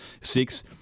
Six